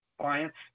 clients